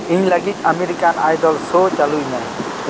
ᱤᱧ ᱞᱟᱹᱜᱤᱫ American Idol show ᱪᱟᱹᱞᱩᱭ ᱢᱮ